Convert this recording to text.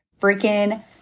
freaking